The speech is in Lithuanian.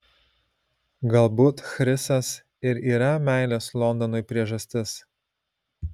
galbūt chrisas ir yra meilės londonui priežastis